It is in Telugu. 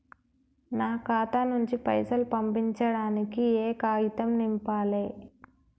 నా ఖాతా నుంచి పైసలు పంపించడానికి ఏ కాగితం నింపాలే?